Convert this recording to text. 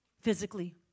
physically